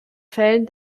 fällen